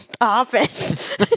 office